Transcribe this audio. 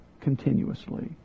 continuously